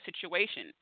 situation